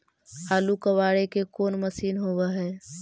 आलू कबाड़े के कोन मशिन होब है?